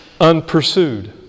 unpursued